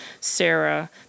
Sarah